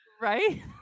right